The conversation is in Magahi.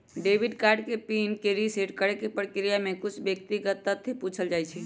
डेबिट कार्ड के पिन के रिसेट करेके प्रक्रिया में कुछ व्यक्तिगत तथ्य पूछल जाइ छइ